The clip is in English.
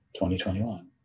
2021